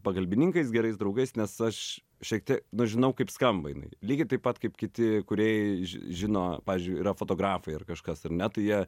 pagalbininkais gerais draugais nes aš šiek tiek nu žinau kaip skamba jinai lygiai taip pat kaip kiti kūrėjai žino pavyzdžiui yra fotografai ar kažkas ar ne tai jie